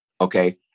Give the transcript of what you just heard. Okay